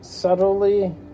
Subtly